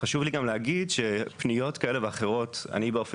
חשוב לי גם להגיד שפניות כאלה ואחרות אני באופן